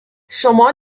شما